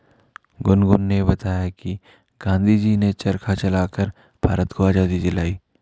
गुनगुन ने बताया कि गांधी जी ने चरखा चलाकर भारत को आजादी दिलाई